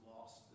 lost